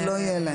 אז לא יהיה להם,